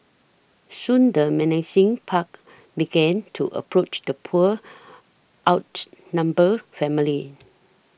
soon the menacing pack began to approach the poor outnumbered family